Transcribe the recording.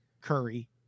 curry